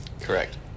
Correct